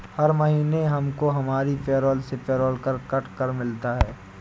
हर महीने हमको हमारी पेरोल से पेरोल कर कट कर मिलता है